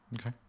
Okay